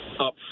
Up